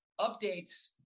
updates